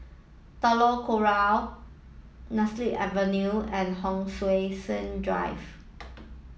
Telok Kurau Nemesu Avenue and Hon Sui Sen Drive